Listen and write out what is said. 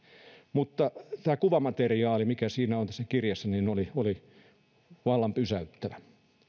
mutta tämä kuvamateriaali mikä on tässä kirjassa oli oli vallan pysäyttävä